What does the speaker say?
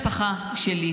משפחה שלי,